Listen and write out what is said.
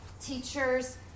teachers